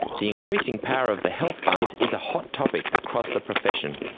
the increasing power of the health funds is a hot topic across the profession.